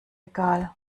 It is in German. egal